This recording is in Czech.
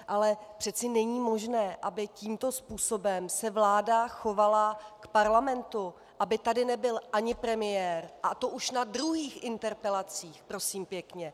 Ale přece není možné, aby tímto způsobem se vláda chovala k parlamentu, aby tady nebyl ani premiér, a to už na druhých interpelacích, prosím pěkně.